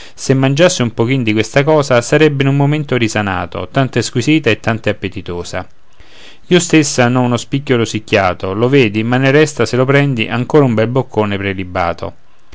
se mangiasse un pochin di questa cosa sarebbe in un momento risanato tanto è squisita e tanto è appetitosa io stessa n'ho uno spicchio rosicchiato lo vedi ma ne resta se lo prendi ancora un bel boccone prelibato